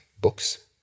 books